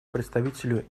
представителю